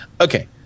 Okay